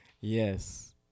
yes